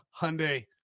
Hyundai